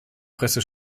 presse